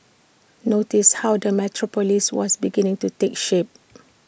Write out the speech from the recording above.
notice how the metropolis was beginning to take shape